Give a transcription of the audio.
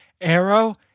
Arrow